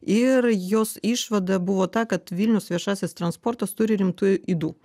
ir jos išvada buvo ta kad vilniaus viešasis transportas turi rimtų ydų